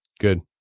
good